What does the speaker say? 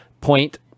point